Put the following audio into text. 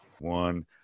one